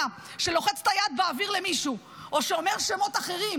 שלוחץ את היד באוויר למישהו או שאומר שמות אחרים,